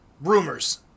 Rumors